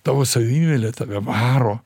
tavo savimeilė tave varo